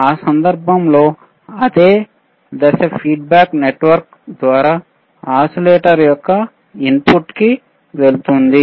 ఆ సందర్భంలో అదే దశ ఫీడ్బ్యాక్ నెట్ వర్క్ ద్వారా ఓసిలేటర్ యొక్క ఇన్పుట్ కి వెళ్తుంది